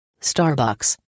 Starbucks